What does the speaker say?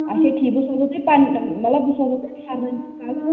اَچھا ٹھیٖک بہٕ سوزہو تۄہہِ پَن مطلب بہٕ سوزہو تۄہہِ فٮ۪رنَن ہُنٛد کَلَر